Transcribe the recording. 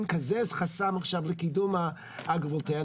כזה חסם עכשיו לקידום האגרו-וולטאי,